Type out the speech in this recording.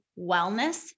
wellness